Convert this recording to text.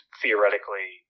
theoretically